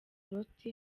loti